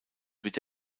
wird